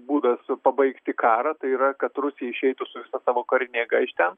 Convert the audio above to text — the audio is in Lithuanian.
būdas pabaigti karą tai yra kad rusija išeitų su visa savo karine jėga iš ten